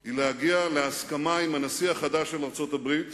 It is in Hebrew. היא להגיע להסכמה עם הנשיא החדש של ארצות-הברית